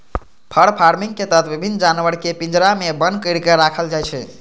फर farming के तहत विभिन्न जानवर कें पिंजरा मे बन्न करि के राखल जाइ छै